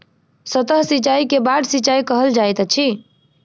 सतह सिचाई के बाढ़ सिचाई कहल जाइत अछि